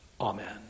Amen